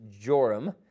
Joram